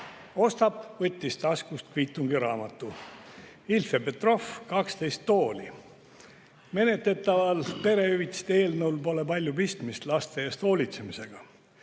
Ostap võttis taskust kviitungiraamatu." Ilf ja Petrov, "Kaksteist tooli". Menetletaval perehüvitiste eelnõul pole palju pistmist laste eest hoolitsemisega.